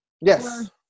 Yes